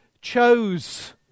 chose